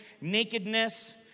nakedness